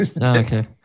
okay